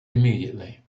immediately